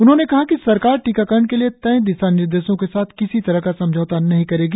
उन्होंने कहा कि सरकार टीकाकरण के लिए तय दिशानिर्देशों के साथ किसी तरह का समझौता नहीं करेगी